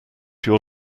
your